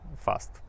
fast